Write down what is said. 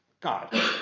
God